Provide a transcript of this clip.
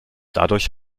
dadurch